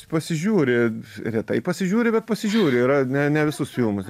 pasižiūri retai pasižiūri bet pasižiūri yra ne ne visus filmus